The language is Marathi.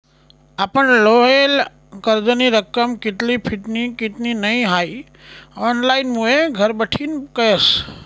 आपण लेयेल कर्जनी रक्कम कित्ली फिटनी कित्ली नै हाई ऑनलाईनमुये घरबठीन कयस